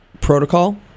protocol